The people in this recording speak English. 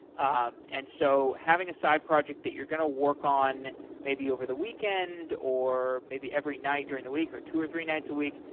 um and so having a side project that you're going to work on maybe over the weekend or maybe every night during the week or two or three nights a week,